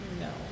No